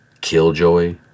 Killjoy